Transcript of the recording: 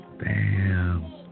Bam